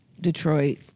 Detroit